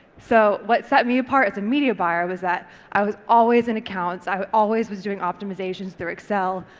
so what set me apart as a media buyer was that i was always in accounts, i always was doing optimisations through excel,